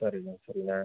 சரிண்ணே சரிண்ணே